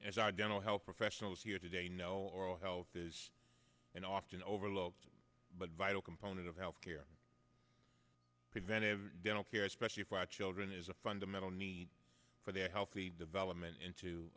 as our dental health professionals here today know oral health is an often overlooked but vital component of health care preventive dental care especially for children is a fundamental need for their healthy development into